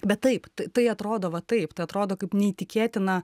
bet taip tai atrodo va taip tai atrodo kaip neįtikėtina